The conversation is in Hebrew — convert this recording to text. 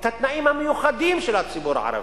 את התנאים המיוחדים של הציבור הערבי,